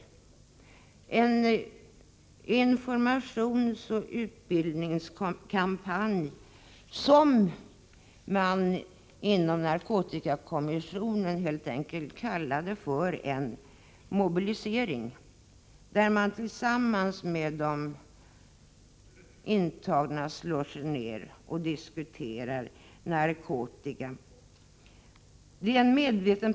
Det är en informationsoch utbildningskampanj som man inom narkotikakommissionen helt enkelt kallar för en mobilisering, där man slår sig ned och tillsammans med de intagna diskuterar narkotika.